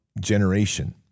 generation